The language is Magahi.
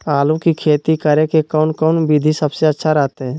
आलू की खेती करें के कौन कौन विधि सबसे अच्छा रहतय?